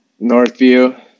Northview